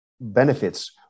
benefits